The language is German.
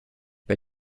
bei